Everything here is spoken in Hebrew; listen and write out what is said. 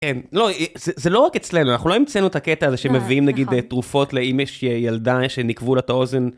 לא, זה לא רק אצלנו, אנחנו לא המצאנו את הקטע הזה שמביאים נגיד תרופות לאם יש ילדה שנקבו לה את האוזן.